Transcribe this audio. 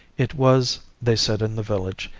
it was, they said in the village,